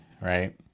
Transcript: Right